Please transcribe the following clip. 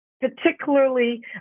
particularly